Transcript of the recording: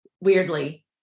weirdly